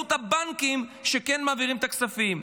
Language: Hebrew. באמצעות הבנקים שכן מעבירים את הכספים.